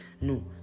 No